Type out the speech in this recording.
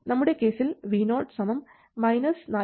നമ്മുടെ കേസിൽ V0 4